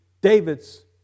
David's